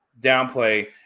downplay